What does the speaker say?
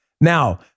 Now